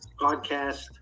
podcast